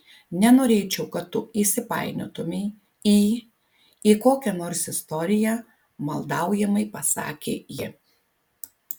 nenorėčiau kad tu įsipainiotumei į į kokią nors istoriją maldaujamai pasakė ji